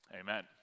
amen